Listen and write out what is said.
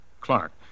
Clark